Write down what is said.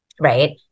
right